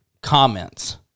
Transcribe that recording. comments